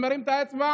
מרים את האצבע,